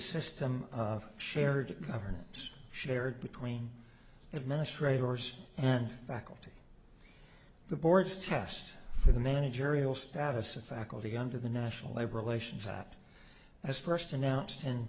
system of shared governance shared between administrators and faculty the board's test for the managerial status of faculty under the national labor relations act as pursed announced in